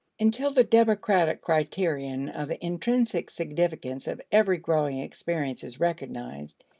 until the democratic criterion of the intrinsic significance of every growing experience is recognized,